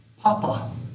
Papa